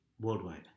worldwide